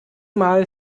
mal